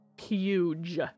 huge